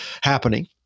happening